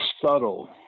subtle